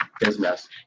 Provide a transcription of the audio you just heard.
business